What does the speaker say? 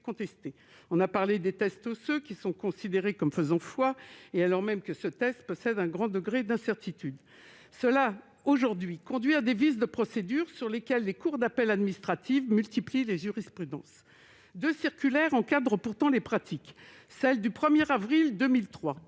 contesté. On a parlé des tests osseux, considérés comme faisant foi, alors même que ce test possède un grand degré d'incertitude. Cela conduit, aujourd'hui, à des vices de procédure sur lesquels les cours administratives d'appel multiplient les jurisprudences. Deux circulaires encadrent pourtant les pratiques. La circulaire du 1 avril 2003